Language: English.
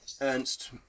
Ernst